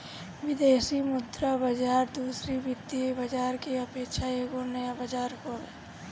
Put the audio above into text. विदेशी मुद्रा बाजार दूसरी वित्तीय बाजार के अपेक्षा एगो नया बाजार हवे